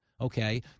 okay